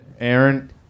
Aaron